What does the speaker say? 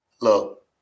Look